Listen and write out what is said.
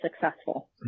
successful